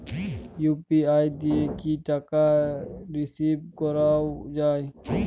UPI দিয়ে কি টাকা রিসিভ করাও য়ায়?